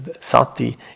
Sati